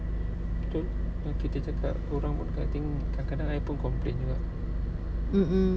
mm mm